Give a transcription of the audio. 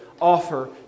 offer